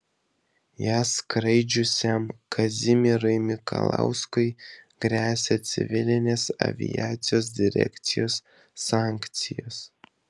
ja skraidžiusiam kazimierui mikalauskui gresia civilinės aviacijos direkcijos sankcijos